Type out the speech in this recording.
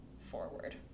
forward